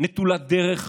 נטולת דרך,